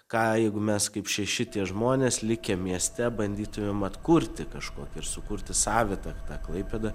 ką jeigu mes kaip šeši tie žmonės likę mieste bandytumėm atkurti kažkokį ar sukurti savitą tą klaipėdą